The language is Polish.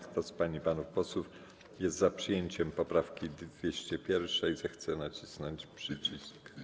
Kto z pań i panów posłów jest za przyjęciem poprawki 201., zechce nacisnąć przycisk.